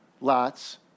Lot's